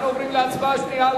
אנחנו עוברים להצבעה שנייה,